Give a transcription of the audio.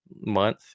month